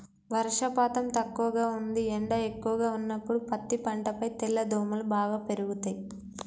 వర్షపాతం తక్కువగా ఉంది ఎండ ఎక్కువగా ఉన్నప్పుడు పత్తి పంటపై తెల్లదోమలు బాగా పెరుగుతయి